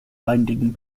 binding